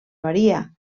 maria